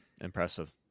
Impressive